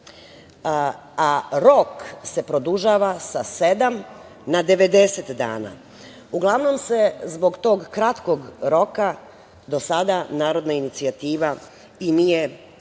a rok se produžava sa sedam na 90 dana. Uglavnom se zbog tog kratkog roka do sada narodna inicijativa i nije tako